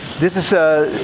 this is